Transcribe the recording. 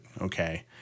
okay